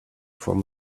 from